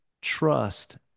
trust